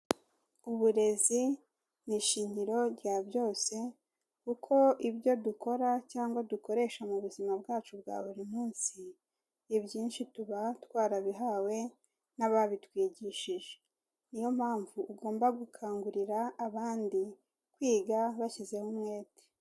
Uburezi ni ishingiro rya byose, kuko ibyo dukora cyangwa dukoresha mu buzima bwacu bwa buri munsi, ibyinshi tuba twarabihawe n'ababitwigishije. Ni yo mpamvu ugomba gukangurira abandi, kwiga bashyizeho umwete.